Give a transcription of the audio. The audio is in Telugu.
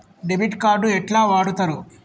డెబిట్ కార్డు ఎట్లా వాడుతరు?